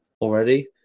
already